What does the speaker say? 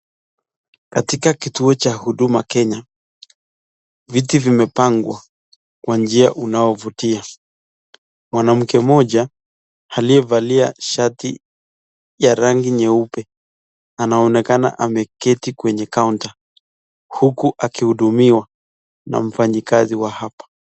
Katika kituo cha huduma Kenya ,viti vimepangwa kwa njia unaovutia. Mwanamke mmoja aliyevalia shati ya rangi nyeupe anaonekana ameketi kwenye counter huku akihudumiwa na mfanyikazi wa hapa.